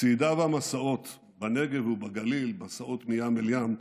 הצעידה והמסעות בנגב ובגליל, מסעות מים אל ים,